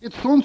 till ett sådant.